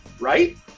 right